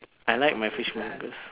I like my fishmongers